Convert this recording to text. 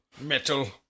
Metal